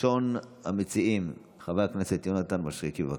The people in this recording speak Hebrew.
ראשון המציעים, חבר הכנסת יונתן מישרקי, בבקשה.